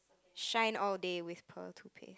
shine all day with pearl toothpaste